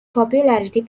popularity